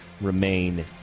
remain